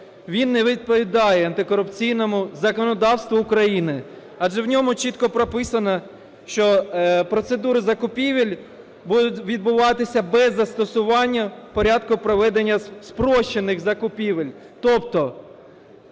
він не відповідає антикорупційному законодавству України, адже в ньому чітко прописано, що процедури закупівель будуть відбуватися без застосування порядку проведення спрощених закупівель. Тобто,